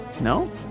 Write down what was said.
No